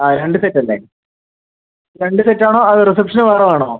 ആ രണ്ട് സെറ്റ് അല്ലെ രണ്ട് സെറ്റ് ആണോ അതോ റിസപ്ഷന് വേറെ വേണോ